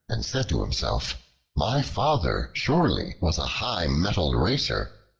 and said to himself my father surely was a high-mettled racer,